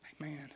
Amen